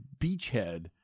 beachhead